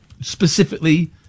specifically